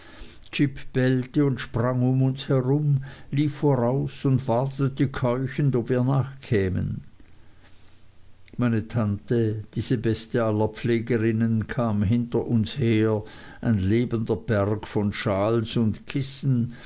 bellte und sprang um uns herum lief voraus und wartete keuchend ob wir nachkämen meine tante diese beste aller pflegerinnen kam hinter uns her ein lebender berg von schals und kissen